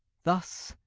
thus